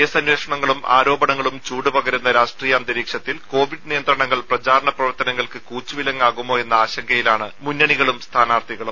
കേസന്വേഷണങ്ങളും ആരോപണങ്ങളും ചൂട് പകരുന്ന രാഷ്ട്രീയാന്തരീക്ഷത്തിൽ കോവിഡ് നിയന്ത്രണങ്ങൾ പ്രചാരണ പ്രവർത്തനങ്ങൾക്ക് കൂച്ചുവിലങ്ങാകുമോ എന്ന ആശങ്കയിലാണ് മുന്നണികളും സ്ഥാനാർത്ഥികളും